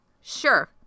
sure